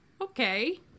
Okay